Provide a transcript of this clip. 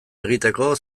egiteko